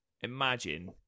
imagine